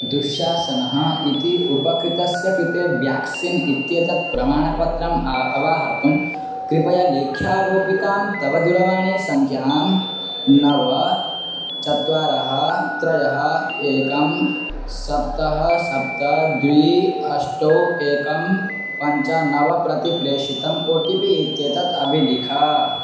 दुःशासनः इति उपकृतस्य कृते व्याक्सिन् इत्येतत् प्रमाणपत्रम् अवाहर्तुं कृपया लेख्यारोपितां तव दूरवाणीसङ्ख्यां नव चत्वारि त्रीणि एकं सप्त सप्त द्वे अष्ट एकं पञ्च नव प्रतिप्रेषितम् ओ टि पि इत्येतत् अभिलिख